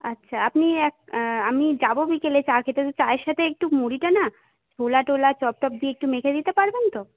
আচ্ছা আপনি এক আমি যাবো বিকেলে চা খেতে চায়ের সাথে একটু মুড়িটা না ছোলা টোলা চপ টপ দিয়ে একটু মেখে দিতে পারবেন তো